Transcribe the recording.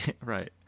Right